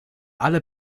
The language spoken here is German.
alle